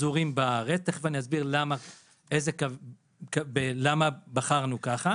שפזורים ברחבי הארץ אני תכף אסביר למה בחרנו ככה